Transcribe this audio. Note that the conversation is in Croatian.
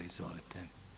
Izvolite.